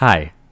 Hi